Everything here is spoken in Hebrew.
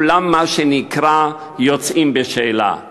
כולם, מה שנקרא, יוצאים בשאלה.